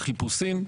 בחיפושים.